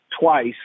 twice